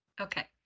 Okay